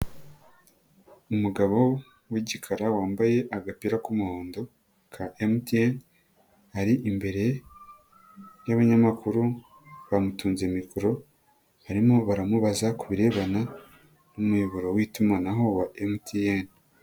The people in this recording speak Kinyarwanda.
Umugabo w'igikara wambaye agapira k'umuhondo ka MTN, ari imbere y'abanyamakuru bamutunze mikoro, barimo baramubaza ku birebana n'umuyoboro w'itumanaho wa MTN.